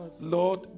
Lord